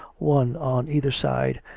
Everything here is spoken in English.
one on either side,